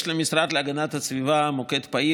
יש למשרד להגנת הסביבה מוקד פעיל,